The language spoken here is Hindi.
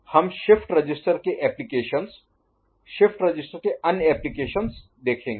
हम शिफ्ट रजिस्टर के ऍप्लिकेशन्स शिफ्ट रजिस्टर के अन्य ऍप्लिकेशन्स देखेंगे